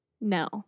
No